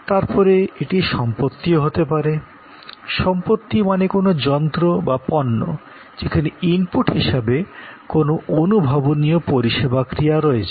তারপরে এটি সম্পত্তিও হতে পারে সম্পত্তি মানে কোনো যন্ত্র বা পণ্য যেখানে ইনপুট হিসাবে কোনো বাস্তব পরিষেবা ক্রিয়া রয়েছে